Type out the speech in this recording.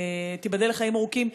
תיבדל לחיים ארוכים,